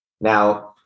Now